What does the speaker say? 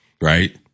right